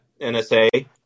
NSA